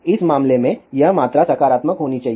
इस मामले में यह मात्रा सकारात्मक होनी चाहिए